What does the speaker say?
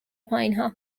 پایینها